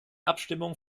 abstimmung